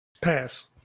Pass